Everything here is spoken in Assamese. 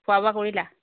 খোৱা বোৱা কৰিলা